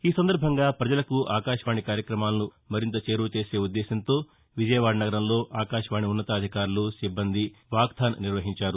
ఈ సందర్బంగా ప్రజలకు ఆకాశవాణి కార్యక్రమాలను మరింత చేరువచేసే ఉద్దేశంతో విజయవాద నగరంలో ఆకాశవాణి ఉన్నతాధికారులు సిబ్బంది వాక్దాన్ నిర్వహించారు